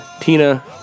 Tina